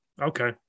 Okay